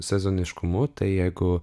sezoniškumu tai jeigu